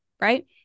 Right